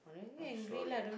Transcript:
I'm sorry